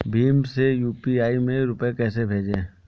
भीम से यू.पी.आई में रूपए कैसे भेजें?